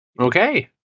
Okay